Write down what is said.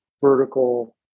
vertical